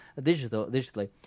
digitally